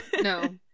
no